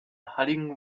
halligen